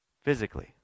physically